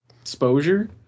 Exposure